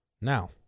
Now